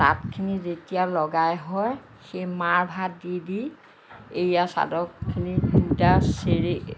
তাতখিনি যেতিয়া লগাই হয় সেই মাৰভাত দি দি এৰীয়া চাদৰখিনি সূতা চেৰে